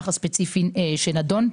תן לי לדבר.